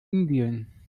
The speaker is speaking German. indien